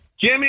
jimmy